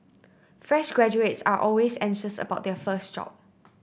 fresh graduates are always anxious about their first job